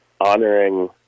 honoring